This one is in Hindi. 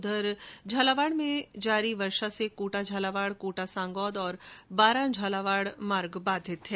उधर झालावाड में जारी बरसात से कोटा झालावाड कोटा सांगोद और बारां झालावाड मार्ग बाधित है